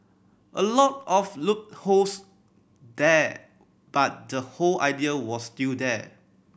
a lot of loopholes there but the whole idea was still there